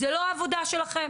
זוהי לא העבודה שלכם.